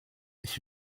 ich